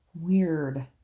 Weird